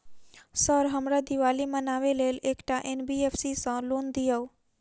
Sir हमरा दिवाली मनावे लेल एकटा एन.बी.एफ.सी सऽ लोन दिअउ?